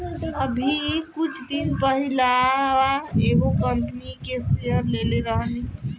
अभी कुछ दिन पहिलवा एगो कंपनी के शेयर लेले रहनी